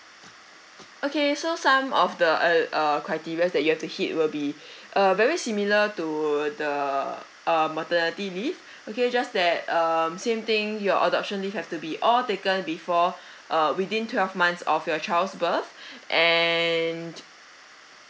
okay so some of the err criteria that you have to hit will be uh very similar to the uh maternity leave okay just that um same thing your adoption leave have to be all taken before uh within twelve months of your child's birth and